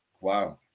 wow